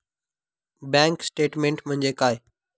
Bank statement म्हणजे काय?